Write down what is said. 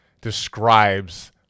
describes